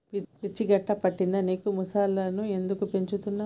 పిచ్చి గిట్టా పట్టిందా నీకు ముసల్లను ఎందుకు పెంచుతున్నవ్